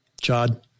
Chad